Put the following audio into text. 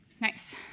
Nice